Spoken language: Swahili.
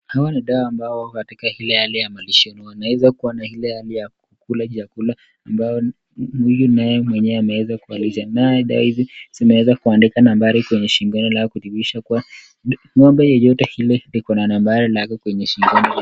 Hii ni ndama ambao wako katika hali ya makishoni inaweza kuwa na ile hali ya kukula chakula ambao huyu naye mwenyewe anaweza kuwalisha naye al naye ndama hizi zinaweza kuandikwa nambari kwenye shingo kudhihirisha kuwa ng'ombe yetote ile iko na nambari lake kwenye shingo.